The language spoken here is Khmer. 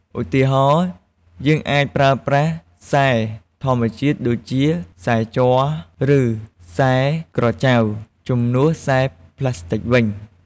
ឧទាហរណ៍ យើងអាចប្រើប្រាស់ខ្សែធម្មជាតិ ដូចជាខ្សែជ័រ ឬខ្សែក្រចៅ ជំនួសខ្សែប្លាស្ទិកវិញ។